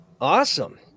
awesome